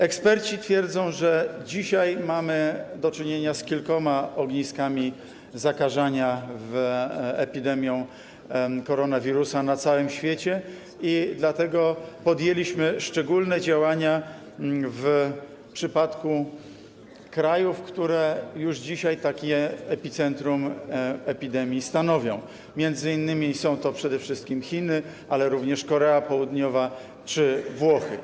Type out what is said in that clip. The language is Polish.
Eksperci twierdzą, że dzisiaj mamy do czynienia z kilkoma ogniskami zakażania epidemią koronawirusa na całym świecie i dlatego podjęliśmy szczególne działania, jeśli chodzi o kraje, które już dzisiaj takie epicentrum epidemii stanowią, są to przede wszystkim Chiny, ale również Korea Południowa czy Włochy.